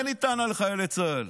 אין לי טענה לחיילי צה"ל.